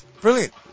Brilliant